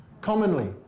Commonly